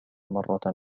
مرة